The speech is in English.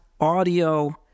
audio